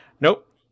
nope